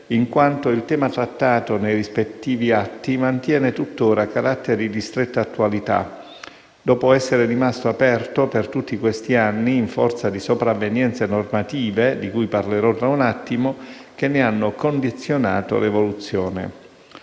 in quanto il tema trattato nei rispettivi atti mantiene tuttora caratteri di stretta attualità, dopo essere rimasto aperto per tutti questi anni in forza di sopravvenienze normative - di cui parlerò tra un attimo - che ne hanno condizionato l'evoluzione.